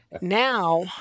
now